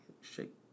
shake